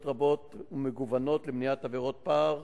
רבות ומגוונות למניעת עבירות פע"ר